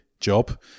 job